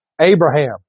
Abraham